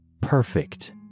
perfect